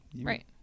right